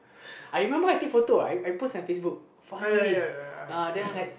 I remember I take photo uh I post on Facebook finally then I like